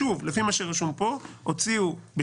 פה,